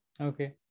Okay